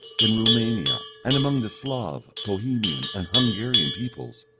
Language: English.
in roumania, and among the slav, bohemian, and hungarian peoples,